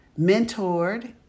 mentored